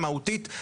המהותית,